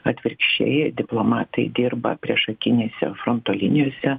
atvirkščiai diplomatai dirba priešakinėse fronto linijose